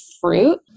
fruit